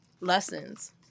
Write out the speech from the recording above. lessons